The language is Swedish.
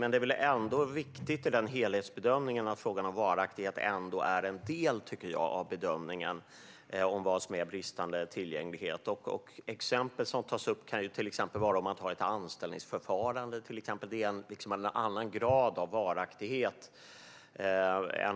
Men det är viktigt att frågan om varaktighet ändå är en del av helhetsbedömningen av vad som är bristande tillgänglighet, tycker jag. Jag kan ge några exempel. Ett anställningsförfarande innebär en annan grad av varaktighet.